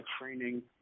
training